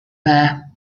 there